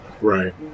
Right